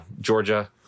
Georgia